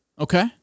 Okay